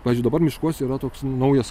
pavyzdžiui dabar miškuose yra toks naujas